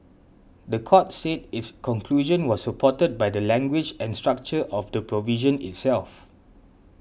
the court said its conclusion was supported by the language and structure of the provision itself